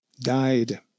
died